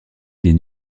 les